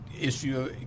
issue